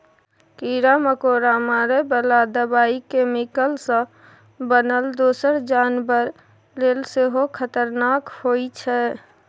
कीरा मकोरा मारय बला दबाइ कैमिकल सँ बनल दोसर जानबर लेल सेहो खतरनाक होइ छै